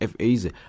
FAs